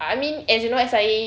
I mean as you know S_I_A